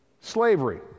Slavery